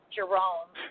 Jerome